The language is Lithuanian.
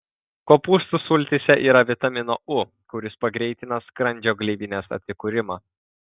kopūstų sultyse yra vitamino u kuris pagreitina skrandžio gleivinės atsikūrimą